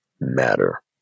matter